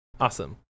Awesome